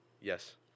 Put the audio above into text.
Yes